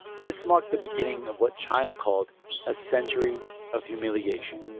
this marked the beginning of what china called a century of humiliation.